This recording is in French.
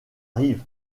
rive